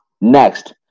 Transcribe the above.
Next